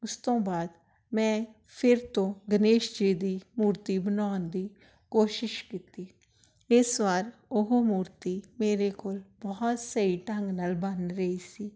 ਉਸ ਤੋਂ ਬਾਅਦ ਮੈਂ ਫਿਰ ਤੋਂ ਗਣੇਸ਼ ਜੀ ਦੀ ਮੂਰਤੀ ਬਣਾਉਣ ਦੀ ਕੋਸ਼ਿਸ਼ ਕੀਤੀ ਇਸ ਵਾਰ ਉਹ ਮੂਰਤੀ ਮੇਰੇ ਕੋਲ ਬਹੁਤ ਸਹੀ ਢੰਗ ਨਾਲ ਬਣ ਰਹੀ ਸੀ